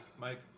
Mike